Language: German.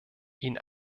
ihn